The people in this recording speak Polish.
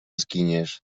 zginiesz